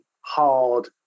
hard